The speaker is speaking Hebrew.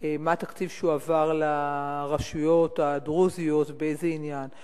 רציתי לדעת: מה התקציב שעמד לרשות המגזר הדרוזי בשנת 2010,